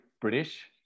British